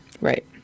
right